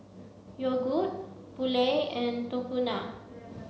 Yogood Poulet and Tahuna